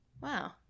Wow